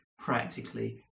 Practically